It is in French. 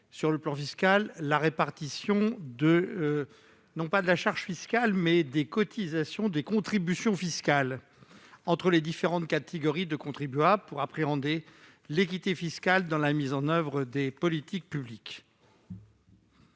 sur le plan fiscal la répartition non de la charge fiscale, mais des contributions entre les différentes catégories de contribuables, pour appréhender l'équité fiscale dans la mise en oeuvre des politiques publiques.